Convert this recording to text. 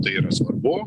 tai yra svarbu